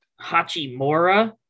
Hachimura